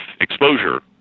exposure